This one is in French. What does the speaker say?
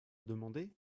demandé